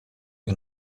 che